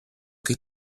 che